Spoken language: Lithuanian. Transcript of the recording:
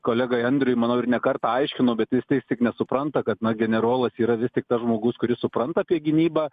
kolegai andriui manau ir ne kartą aiškino bet jisai vis tiek nesupranta kad na generolas yra vis tik tas žmogus kuris supranta apie gynybą